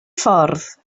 ffordd